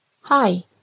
Hi